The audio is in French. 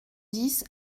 dix